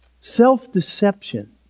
Self-deception